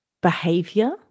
behavior